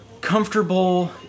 comfortable